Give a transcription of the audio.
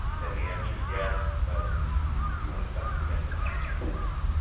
then the answer is yes but we want to document the heck out of that one.